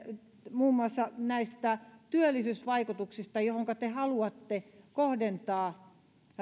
muun muassa näistä työllisyysvaikutuksista siitä mihin te haluatte kohdentaa